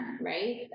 right